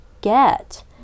get